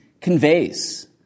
conveys